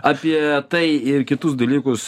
apie tai ir kitus dalykus